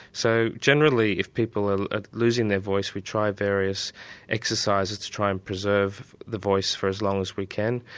so generally if people are ah losing their voice we try various exercises to try and preserve the voice for as long as we can.